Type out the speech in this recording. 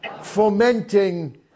fomenting